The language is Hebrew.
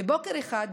ובוקר אחד,